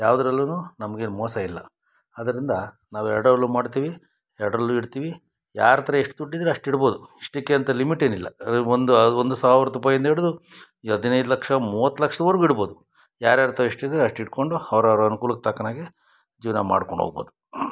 ಯಾವ್ದ್ರಲ್ಲೂನು ನಮ್ಗೇನು ಮೋಸ ಇಲ್ಲ ಅದರಿಂದ ನಾವೆರಡರಲ್ಲೂ ಮಾಡ್ತೀವಿ ಎರಡರಲ್ಲೂ ಇಡ್ತೀವಿ ಯಾರ ಹತ್ರ ಎಷ್ಟು ದುಡ್ಡು ಇದ್ದಾರೆ ಅಷ್ಟು ಇಡ್ಬೌದು ಇಷ್ಟಕ್ಕೆ ಅಂತ ಲಿಮಿಟ್ ಏನಿಲ್ಲ ಅದೆ ಒಂದು ಒಂದು ಸಾವಿರದ ರುಪಾಯಿಂದ ಹಿಡ್ದು ಹದಿನೈದು ಲಕ್ಷ ಮೂವತ್ತು ಲಕ್ಷದ್ವವರೆಗೂ ಇಡ್ಬೌದು ಯಾರ ಯಾರ ಹತ್ರ ಎಷ್ಟು ಇದ್ದರೆ ಅಷ್ಟು ಇಟ್ಕೊಂಡು ಅವ್ರವ್ರ ಅನ್ಕೂಲಕ್ಕೆ ತಕ್ಕನಾಗೆ ಜೀವನ ಮಾಡ್ಕೊಂಡು ಹೋಗ್ಬೋದು